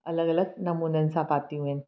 अलॻि अलॻि नमूननि सां पातियूं आहिनि